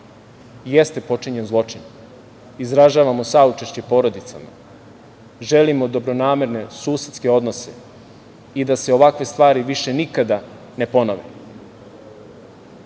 jeste počinjen zločin, izražavamo saučešće porodicama, želimo dobronamerne susedske odnose i da se ovakve stvari više nikada ne ponove.I,